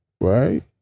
Right